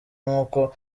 nk’uko